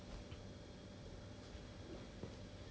okay you don't you don't have any in mind yet lah